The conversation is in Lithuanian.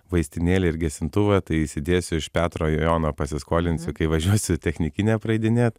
vaistinėlę ir gesintuvą tai įsidėsiu iš petro jono pasiskolinsiu kai važiuosiu technikinę praeidinėt